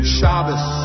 Shabbos